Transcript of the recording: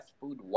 Food